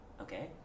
Okay